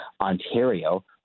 Ontario